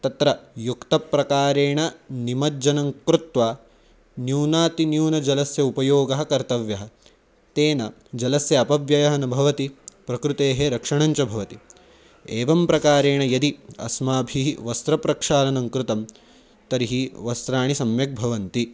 तत्र युक्तप्रकारेण निमज्जनं कृत्वा न्यूनातिन्यूनजलस्य उपयोगः कर्तव्यः तेन जलस्य अपव्ययः न भवति प्रकृतेः रक्षणञ्च भवति एवं प्रकारेण यदि अस्माभिः वस्त्रप्रक्षालनं कृतं तर्हि वस्त्राणि सम्यक् भवन्ति